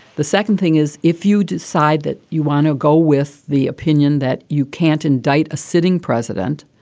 the second thing is, if you decide that you want to go with the opinion that you can't indict a sitting president,